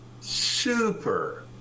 super